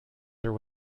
there